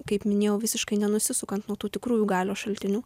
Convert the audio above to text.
kaip minėjau visiškai nenusisukant nuo tų tikrųjų galios šaltinių